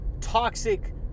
toxic